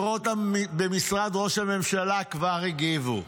מקורות במשרד ראש הממשלה כבר הגיבו: